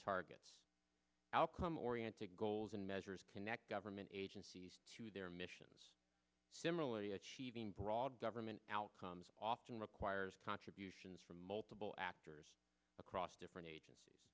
targets outcome oriented goals and measures connect government agencies to their missions similarly achieving broad government outcomes often requires contributions from multiple actors across different agencies